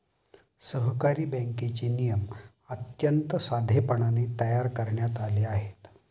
सहकारी बँकेचे नियम अत्यंत साधेपणाने तयार करण्यात आले आहेत